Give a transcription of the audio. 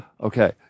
Okay